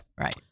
Right